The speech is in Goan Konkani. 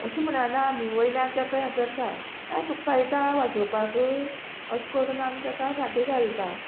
अशीं म्हणना आमी वयल्यान तेका हें करता ए तुक कळटा वाजोवपाक अशें करून आमी ताका फाटी घालता